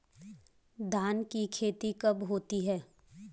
धान की खेती कब होती है?